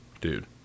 Dude